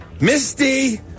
Misty